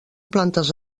plantes